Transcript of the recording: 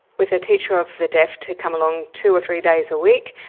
with a teacher of the deaf to come along two or three days a week,